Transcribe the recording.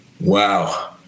Wow